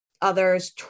others